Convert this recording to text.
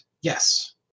yes